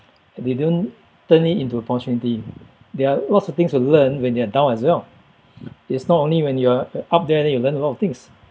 they don't turn it into opportunity there are lots of things to learn when they're down as well it's not only when you're up there then you learn a lot of things